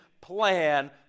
plan